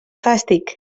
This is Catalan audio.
fàstic